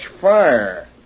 fire